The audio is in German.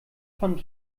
von